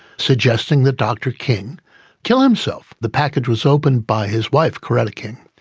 suggesting that dr king kill himself. the package was opened by his wife, coretta king.